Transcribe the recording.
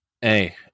Hey